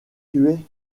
tuer